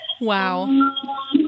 Wow